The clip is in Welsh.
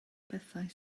bethau